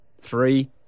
Three